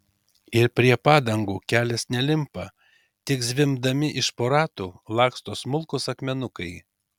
ir prie padangų kelias nelimpa tik zvimbdami iš po ratų laksto smulkūs akmenukai